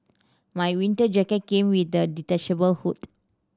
my winter jacket came with a detachable hood